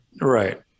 right